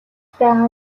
байгаа